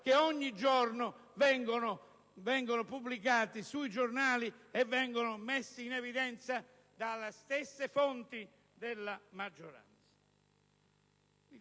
che ogni giorno vengono pubblicati sui giornali e messi in evidenza dalle stesse fonti della maggioranza.